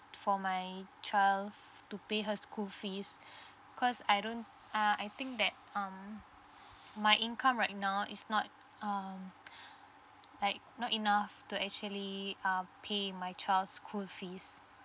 for my child to pay her school fees coz I don't uh I think that um my income right now is not um like not enough to actually um pay my child's school fees